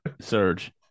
Surge